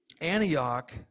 Antioch